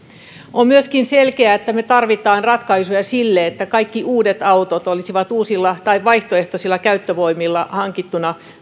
on myöskin selkeää että me tarvitsemme ratkaisuja siihen että kaikki uudet autot olisivat uusilla tai vaihtoehtoisilla käyttövoimilla hankittuja